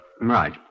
Right